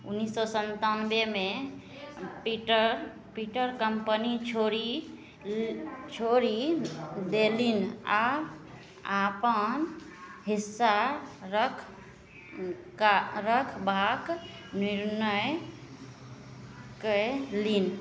उनैस सओ सनतानवेमे पीटर पीटर कम्पनी छोड़ि छोड़ि देलनि आओर अपन हिस्सा रख का रखबाके निर्णय कएलनि